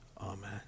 Amen